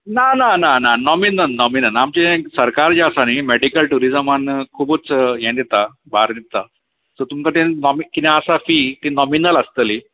ना ना ना ना नॉमिनन नॉमिनन आमचें सरकार जें आसा न्हय मॅडिकल टुरिजमान खुबूच हें दिता भार दिता सो तुमकां तें नॉमि किदें आसा फी ती नॉमिनल आसतली